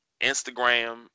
Instagram